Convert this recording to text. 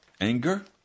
anger